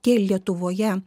tie lietuvoje